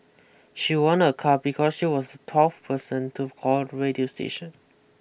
she won a car because she was the twelfth person to call the radio station